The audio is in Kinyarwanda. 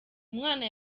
umwana